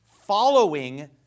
following